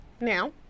now